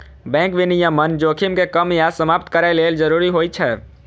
bank विनियमन जोखिम कें कम या समाप्त करै लेल जरूरी होइ छै